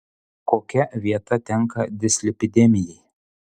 kokia vieta tenka dislipidemijai